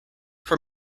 for